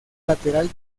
lateral